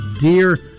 Dear